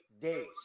days